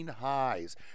Highs